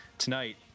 Tonight